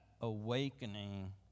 awakening